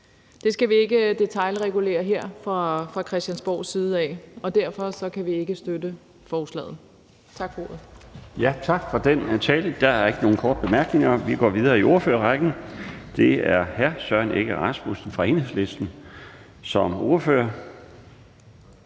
Det skal vi ikke detailregulere her fra Christiansborgs side, og derfor kan vi ikke støtte forslaget. Tak for ordet. Kl. 16:29 Den fg. formand (Bjarne Laustsen): Tak for den tale. Der er ikke nogen korte bemærkninger. Vi går videre i ordførerrækken. Det er hr. Søren Egge Rasmussen fra Enhedslisten som ordfører.